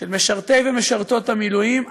של משרתי ומשרתות המילואים,